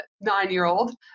nine-year-old